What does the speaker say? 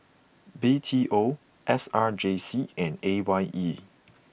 B T O S R J C and A Y E